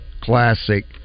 Classic